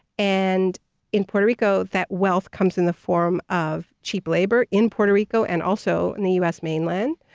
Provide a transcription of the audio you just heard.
and in puerto rico that wealth comes in the form of cheap labor in puerto rico and also in the u. s. mainland,